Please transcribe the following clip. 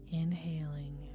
Inhaling